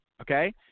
Okay